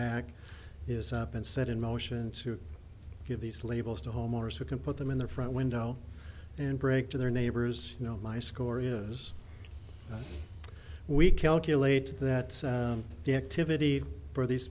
back is up and set in motion to give these labels to homeowners who can put them in the front window and break to their neighbors you know my score is we calculate that the activity for